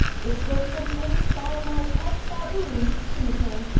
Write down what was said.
it was composed by my pet baboon, juniper,